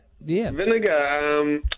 Vinegar